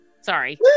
sorry